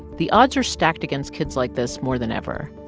the odds are stacked against kids like this more than ever,